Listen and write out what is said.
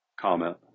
comment